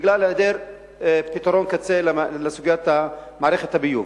בגלל היעדר פתרון קצה לסוגיית מערכת הביוב.